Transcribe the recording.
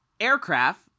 Aircraft